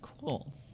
cool